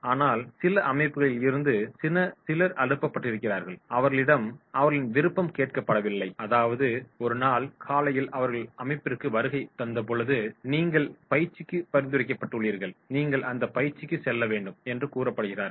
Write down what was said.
ஆனால் சில அமைப்புகளில் இருந்து சிலர் அனுப்பப்பட்டிருக்கிறார்கள் அவர்களிடம் அவர்களின் விருப்பம் கேட்கப்படவில்லை அதாவது ஒரு நாள் காலையில் அவர்கள் அமைப்பிற்கு வருகை தந்தபொழுது நீங்கள் பயிற்சிக்கு பரிந்துரைக்கப்பட்டுள்ளீர்கள் நீங்கள் அந்த பயிற்சிக்கு செல்ல வேண்டும் என்று கூறப்படுகிறார்கள்